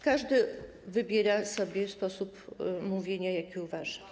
Każdy wybiera sobie sposób mówienia taki, jaki uważa.